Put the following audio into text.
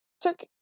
took